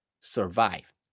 survived